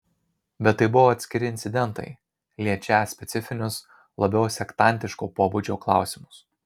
bet tai buvo atskiri incidentai liečią specifinius labiau sektantiško pobūdžio klausimus